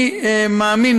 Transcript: אני מאמין,